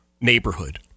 neighborhood